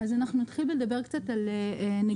אז אנחנו נתחיל בלדבר קצת על נגישות,